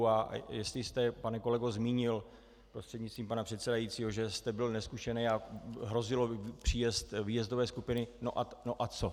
A jestli jste, pane kolego, zmínil prostřednictvím pana předsedajícího že jste byl nezkušený a hrozil příjezd výjezdové skupiny, no a co.